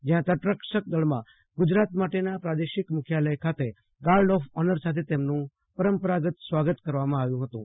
જયાં તટરક્ષક દળમાં ગુજરાત માટેના પ્રાદેશિક મખ્યાલય ખાતે ગાર્ડ ઓફ ઓનર સાથે તેમનું પરંપર ાગત સ્વાગત કરવામાં આવ્યું હતું